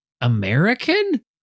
American